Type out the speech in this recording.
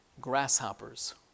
Grasshoppers